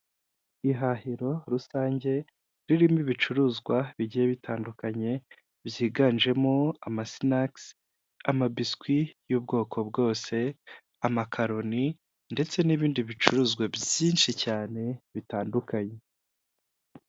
Ihahiro rusange ririmo ibicuruzwa bigiye bitandukanye byiganjemo amasinakisi, amabisikwi y'ubwoko bwose, amakaroni ndetse n'ibindi bicuruzwa byinshi cyane bitandukanye.